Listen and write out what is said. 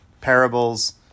parables